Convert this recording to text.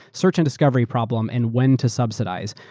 search and discovery problem, and when to subsidize.